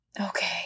Okay